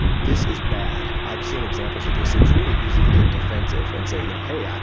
this is bad. i've seen examples of this. it's really easy to get defensive and say, you know hey, yeah